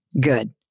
Good